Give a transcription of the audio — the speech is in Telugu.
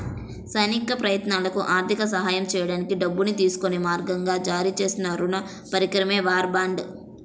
సైనిక ప్రయత్నాలకు ఆర్థిక సహాయం చేయడానికి డబ్బును తీసుకునే మార్గంగా జారీ చేసిన రుణ పరికరమే వార్ బాండ్